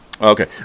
Okay